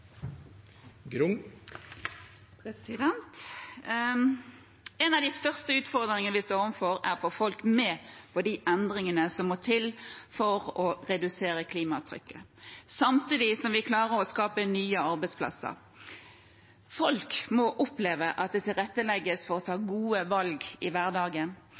å få folk med på de endringene som må til for å redusere klimaavtrykket, samtidig som vi klarer å skape nye arbeidsplasser. Folk må oppleve at det tilrettelegges for å ta gode valg i hverdagen,